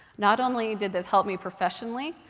not only did this help me professionally,